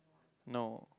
no